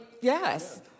yes